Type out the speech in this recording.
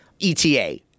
ETA